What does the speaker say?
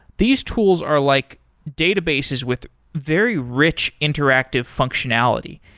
these tools are like databases with very rich interactive functionality.